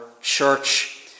church